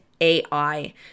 AI